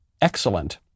excellent